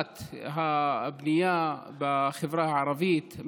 אכיפת הבנייה בחברה הערבית,